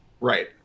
Right